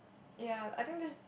ya I think this